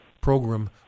program